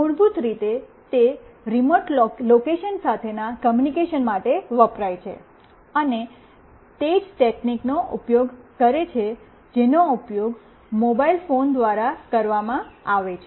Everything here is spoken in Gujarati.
મૂળભૂત રીતે તે રિમોટ લોકેશન સાથેના કૉમ્યૂનિકેશન માટે વપરાય છે અને તે જ તકનીકનો ઉપયોગ કરે છે જેનો ઉપયોગ મોબાઇલ ફોન દ્વારા કરવામાં આવે છે